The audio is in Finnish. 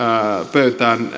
pöytään